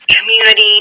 community